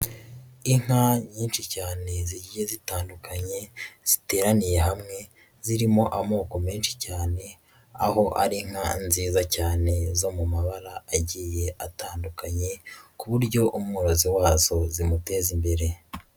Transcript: Inka nyinshi cyane zigiye zitandukanye ziteraniye hamwe zirimo amoko menshi cyane, aho ari inka nziza cyane zo mu mabara agiye atandukanye ku buryo uwmorozi wazo zimuteza imbere.